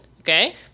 Okay